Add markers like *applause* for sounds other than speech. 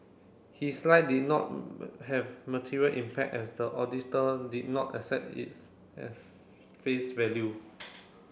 his lie did not *noise* have material impact as the auditor did not accept is as face value